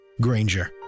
Granger